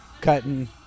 cutting